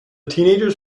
teenagers